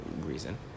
reason